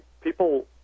people